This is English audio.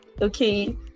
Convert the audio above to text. okay